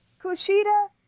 Kushida